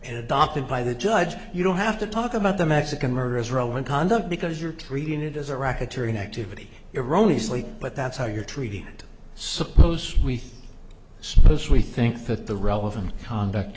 and adopted by the judge you don't have to talk about the mexican murderers row and conduct because you're treating it as a racketeering activity iranis like but that's how you're treated suppose we suppose we think that the relevant conduct